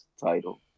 title